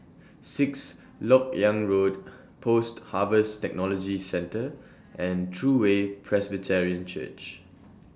Sixth Lok Yang Road Post Harvest Technology Centre and True Way Presbyterian Church